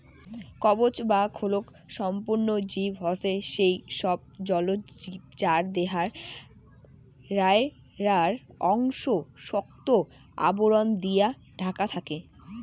কবচ বা খোলক সম্পন্ন জীব হসে সেই সব জলজ জীব যার দেহার বায়রার অংশ শক্ত আবরণ দিয়া ঢাকা থাকি